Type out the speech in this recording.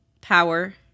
power